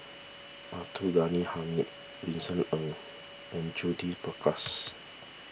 Abdul Ghani Hamid Vincent Ng and Judith Prakash